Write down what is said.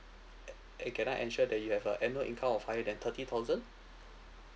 and can I ensure that you have a annual income of higher than thirty thousand